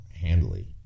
handily